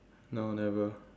no never